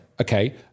okay